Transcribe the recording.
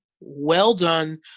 well-done